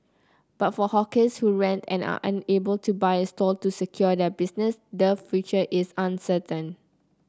but for hawkers who rent and are unable to buy a stall to secure their business the future is uncertain